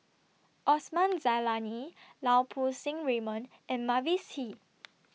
Osman Zailani Lau Poo Seng Raymond and Mavis Hee